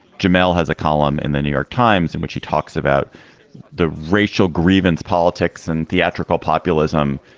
jamal has a column in the new york times in which he talks about the racial grievance, politics and theatrical populism,